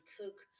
cook